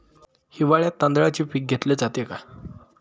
हिवाळ्यात तांदळाचे पीक घेतले जाते का?